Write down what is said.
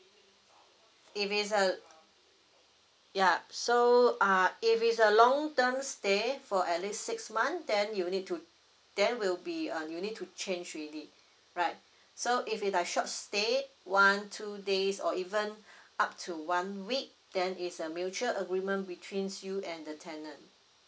if it's uh yeah so uh if it's a long term stay for at least six month then you will need to there will be uh you'll need to change already right so if it like short stay one two days or even up to one week then it's a mutual agreement between you and the tenant